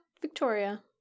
Victoria